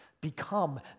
become